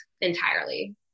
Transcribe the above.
entirely